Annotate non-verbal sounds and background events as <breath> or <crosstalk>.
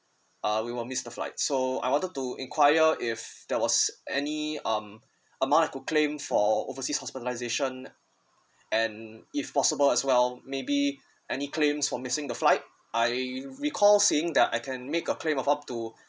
uh we will miss the flight so I wanted to inquire if there was any um amount I could claim for overseas hospitalization and if possible as well maybe any claims for missing the flight I recall seeing that I can make a claim of up to <breath>